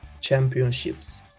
championships